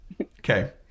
Okay